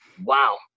wow